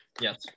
yes